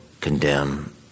condemn